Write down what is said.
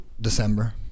December